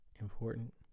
important